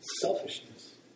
selfishness